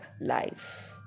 life